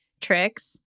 tricks